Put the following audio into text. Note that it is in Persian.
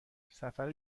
سفر